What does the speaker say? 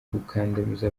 gukandamiza